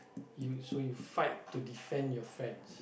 you so you fight to defend your friends